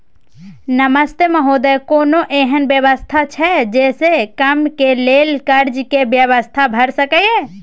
नमस्ते महोदय, कोनो एहन व्यवस्था छै जे से कम के लेल कर्ज के व्यवस्था भ सके ये?